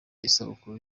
isabukuru